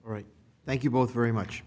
right thank you both very much